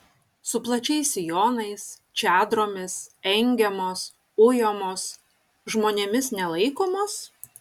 su plačiais sijonais čadromis engiamos ujamos žmonėmis nelaikomos